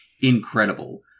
incredible